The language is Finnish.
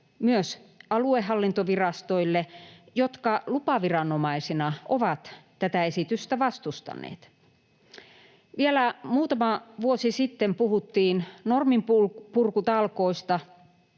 myös aluehallintovirastoille, jotka lupaviranomaisina ovat tätä esitystä vastustaneet. Vielä muutama vuosi sitten puhuttiin norminpurkutalkoista,